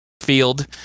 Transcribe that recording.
field